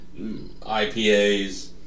IPAs